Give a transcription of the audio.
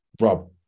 Rob